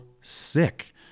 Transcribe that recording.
sick